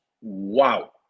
Wow